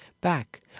back